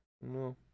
No